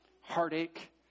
heartache